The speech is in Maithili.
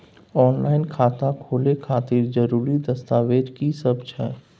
ऑनलाइन खाता खोले खातिर जरुरी दस्तावेज की सब छै?